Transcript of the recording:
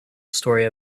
story